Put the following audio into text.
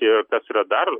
ir tas yra dar